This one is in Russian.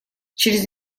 через